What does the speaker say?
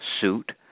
suit